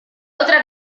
otra